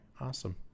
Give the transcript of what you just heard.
Awesome